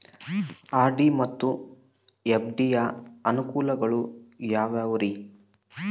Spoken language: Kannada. ಆರ್.ಡಿ ಮತ್ತು ಎಫ್.ಡಿ ಯ ಅನುಕೂಲಗಳು ಯಾವ್ಯಾವುರಿ?